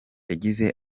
yagize